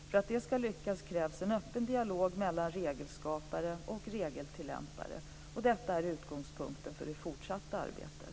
För att det ska lyckas krävs en öppen dialog mellan regelskapare och regeltillämpare. Detta är utgångspunkten för det fortsatta arbetet.